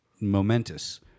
momentous